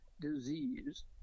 disease